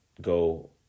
go